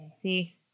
See